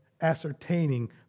ascertaining